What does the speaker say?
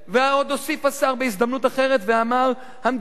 ועוד הוסיף השר בהזדמנות אחרת ואמר: "המדינה